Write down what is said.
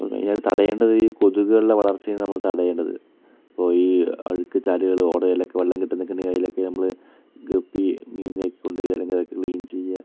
അപ്പോൾ മെയിനായിട്ട് തടയേണ്ടത് ഈ കൊതുകുകളുടെ വളർച്ചയാണ് നമ്മൾ തടയേണ്ടത് ഇപ്പോൾ ഈ അഴുക്ക് ചാലുകൾ ഓടയിലൊക്കെ വെള്ളം കെട്ടി നിൽക്കുന്നുണ്ടെങ്കിൽ അതിലൊക്കെ നമ്മൾ ഗപ്പി മീനിനെയൊക്കെ കൊണ്ട് ഇടുക അല്ലെങ്കിൽ അതൊക്കെ ക്ലീൻ ചെയ്യുക